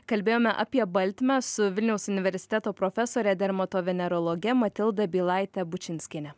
kalbėjome apie baltmę su vilniaus universiteto profesore dermatovenerologe matilda bylaite bučinskiene